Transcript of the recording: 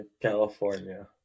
California